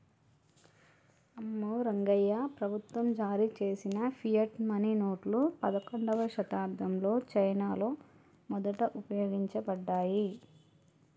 అమ్మో రంగాయ్యా, ప్రభుత్వం జారీ చేసిన ఫియట్ మనీ నోట్లు పదకండవ శతాబ్దంలో చైనాలో మొదట ఉపయోగించబడ్డాయి